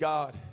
God